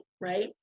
right